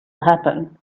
happen